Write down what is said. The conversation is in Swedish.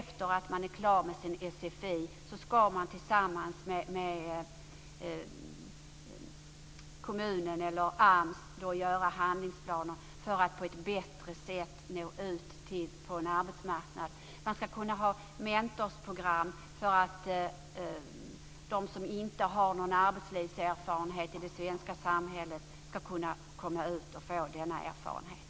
För den som är klar med sin sfi ska det tillsammans med kommunen eller AMS göras upp handlingsplaner för att denne på ett bättre sätt ska nå ut på en arbetsmarknad. Man har också mentorsprogram för att de som inte har någon arbetslivserfarenhet i det svenska samhället ska kunna komma ut och få sådan erfarenhet.